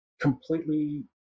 completely